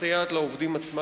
עובדים.